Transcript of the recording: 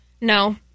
no